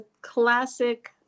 classic